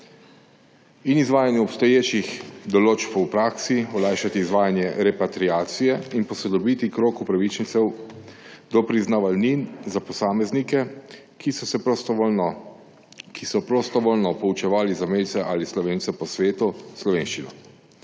in izvajanju obstoječih določb v praksi, olajšati izvajanje repatriacije in posodobiti krog upravičencev do priznavalnin za posameznike, ki so prostovoljno poučevali zamejce ali Slovence po svetu slovenščino.